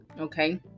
okay